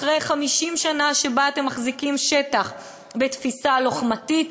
אחרי 50 שנה שבה אתם מחזיקים שטח בתפיסה לוחמתית,